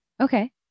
Okay